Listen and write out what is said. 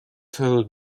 till